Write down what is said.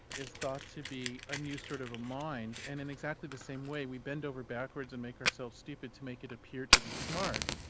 is thought to be a new sort of a mind, and in exactly the same way we bend over backwards and make ourselves stupid to make it appear to be smart.